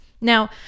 now